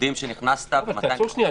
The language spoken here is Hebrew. יודעים שנכנסת ומתי --- תעצור שנייה,